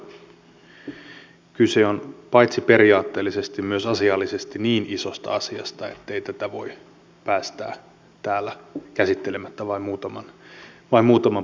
todella kyse on paitsi periaatteellisesti myös asiallisesti niin isosta asiasta ettei tätä voi päästää täällä käsittelemättä vain muutaman puheenvuoron käsittelyllä